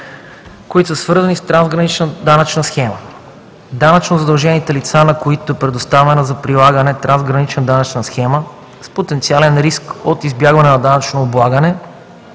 дейности, свързани с трансгранична данъчна схема; данъчно задължените лица, на които е предоставена за прилагане трансгранична данъчна схема с потенциален риск от избягване на данъчно облагане,